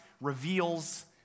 reveals